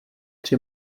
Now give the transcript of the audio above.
tři